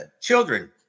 children